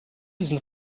diesen